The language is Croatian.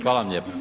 Hvala vam lijepo.